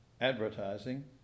advertising